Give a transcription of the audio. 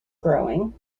growing